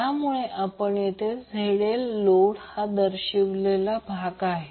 त्यामुळे आपण येथे ZL भार हा दर्शवत आहोत